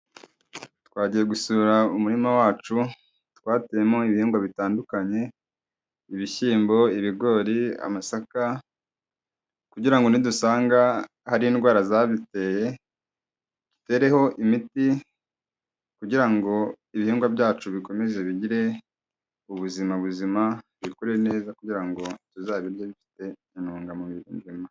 Twagiye gusura umurima wacu twateyemo ibihingwa bitandukanye ibishyimbo, ibigori, amasaka kugira ngo nidusanga hari indwara zabiteye, dutereho imiti kugira ngo ibihingwa byacu bikomeze bigire ubuzima buzima, bikure neza kugira ngo tuzabirya bifite intungamubiri nzima.